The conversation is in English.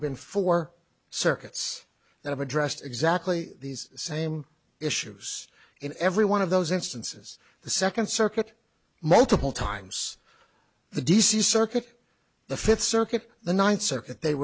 been four circuits and have addressed exactly these same issues in every one of those instances the second circuit multiple times the d c circuit the fifth circuit the ninth circuit they